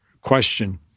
question